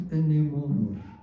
anymore